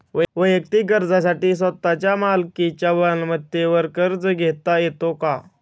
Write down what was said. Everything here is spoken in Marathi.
वैयक्तिक गरजांसाठी स्वतःच्या मालकीच्या मालमत्तेवर कर्ज घेता येतो का?